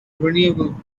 renewable